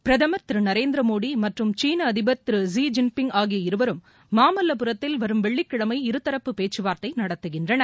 பிரதமர் திரு நரேந்திர மோடி மற்றும் சீன அதிபர் திரு ஜி ஜின்பிங் ஆகிய இருவரும் மாமல்லபுரத்தில் வரும் வெள்ளிக்கிழமை இருதரப்பு பேச்சுவார்த்தை நடத்துகின்றனர்